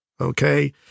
okay